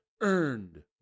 earned